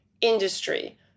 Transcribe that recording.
industry